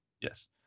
Yes